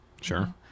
Sure